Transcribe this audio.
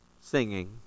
singing